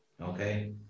Okay